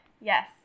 Yes